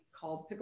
called